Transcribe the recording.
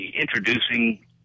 introducing